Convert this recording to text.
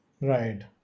Right